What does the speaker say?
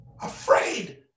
afraid